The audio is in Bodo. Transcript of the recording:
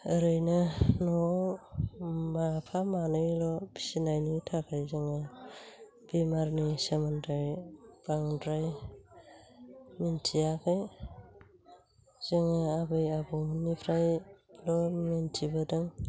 ओरैनो न'आव माफा मानैल' फिनायनि थाखाय जोङो बेमारनि सोमोन्दै बांद्राय मिन्थियाखै जोङो आबै आबौ मोननिफ्रायल' मिन्थिबोदों